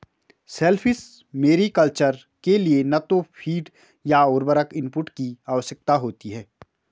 shellfish mariculture के लिए न तो फ़ीड या उर्वरक इनपुट की आवश्यकता होती है